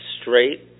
straight